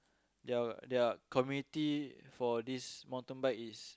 their their community for this mountain bike is